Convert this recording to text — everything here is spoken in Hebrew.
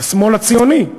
השמאל הציוני,